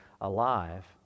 alive